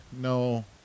No